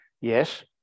Yes